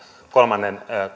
kolmannen